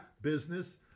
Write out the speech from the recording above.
business